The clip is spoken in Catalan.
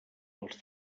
dels